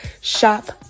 Shop